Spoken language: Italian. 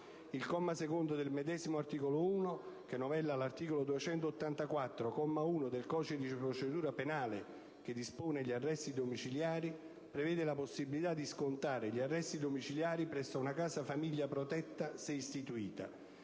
Il comma 2 del medesimo articolo 1, che novella l'articolo 284, comma 1, del codice di procedura penale (che dispone gli arresti domiciliari), prevede la possibilità di scontare gli arresti domiciliari presso una casa famiglia protetta, se istituita.